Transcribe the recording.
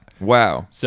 Wow